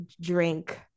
drink